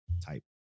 type